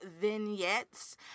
vignettes